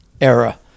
era